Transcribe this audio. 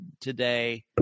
today